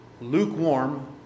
lukewarm